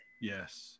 Yes